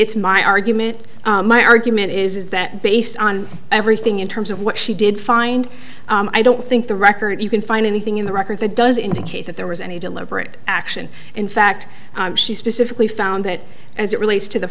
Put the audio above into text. it's my argument my argument is that based on everything in terms of what she did find i don't think the record you can find anything in the record that does indicate that there was any deliberate action in fact she specifically found that as it relates to the